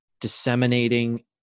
disseminating